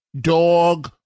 dog